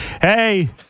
Hey